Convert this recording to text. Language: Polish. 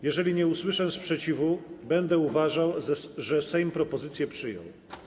Jeżeli nie usłyszę sprzeciwu, będę uważał, że Sejm propozycję przyjął.